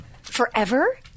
Forever